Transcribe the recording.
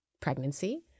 pregnancy